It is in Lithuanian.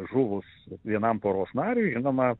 žuvus vienam poros nariui žinoma